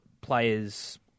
players